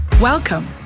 Welcome